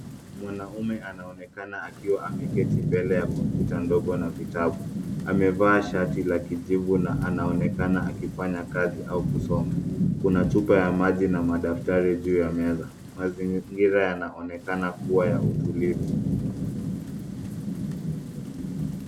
Mwanamume anaonekana akiwa ameketi mbele ya kompyuta ndogo na vitabu. Amevaa shati la kijivu na anaonekana akifanya kazi au kusoma. Kuna chupa ya maji na madaftari juu ya meza. Mazingira yanaonekana kuwa ya utulivu.